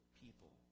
people